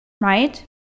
right